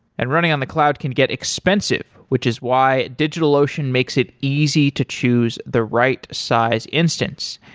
and running on the cloud can get expensive, which is why digitalocean makes it easy to choose the right size instance.